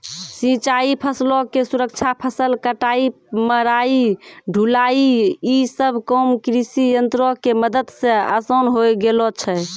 सिंचाई, फसलो के सुरक्षा, फसल कटाई, मढ़ाई, ढुलाई इ सभ काम कृषियंत्रो के मदत से असान होय गेलो छै